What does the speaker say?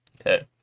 Okay